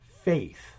faith